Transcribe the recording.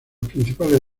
principales